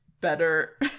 better